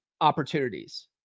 opportunities